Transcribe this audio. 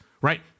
right